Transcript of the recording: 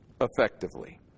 effectively